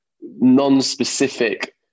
non-specific